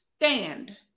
stand